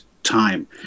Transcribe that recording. time